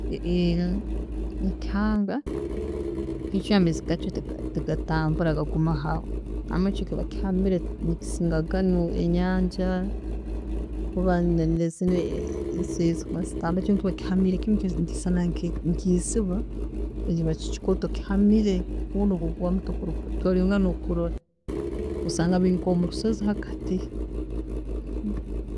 Ekihanga, ikyo amaizi gakyo tiga tigatambura gagumaho aho, wama kyo kiba kihamire nikisinga ganu enyanja oba zinu kandi kyo kiba kihammiire kimu nikisana nkeiziba baitu kyo kiba kikooto kihamire, kakuba ogwaamu tibasobora kwongera nokukurora, obisanga nkomurusozi hagati.